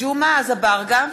ג'מעה אזברגה,